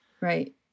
Right